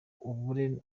ubure